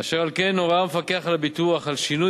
אשר על כן הורה המפקח על הביטוח על שינוי